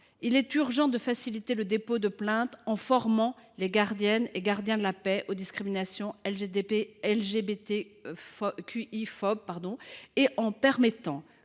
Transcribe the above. Il est urgent de faciliter le dépôt de plainte en formant les gardiens de la paix aux discriminations LGBTQIA+phobes et en permettant